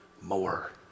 more